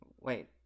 Wait